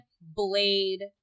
Blade